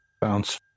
Bounce